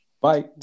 Bye